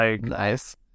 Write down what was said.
nice